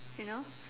you know